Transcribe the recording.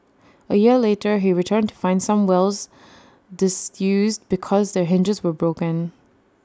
A year later he returned to find some wells disused because their hinges were broken